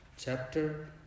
Chapter